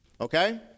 okay